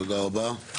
תודה רבה.